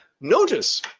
notice